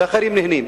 כשאחרים נהנים?